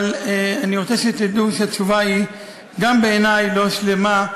אבל אני רוצה שתדעו שהתשובה על השאילתה היא גם בעיני לא שלמה.